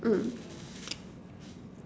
mm